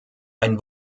ein